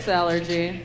allergy